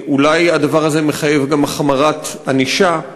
אולי הדבר הזה מחייב גם החמרת ענישה,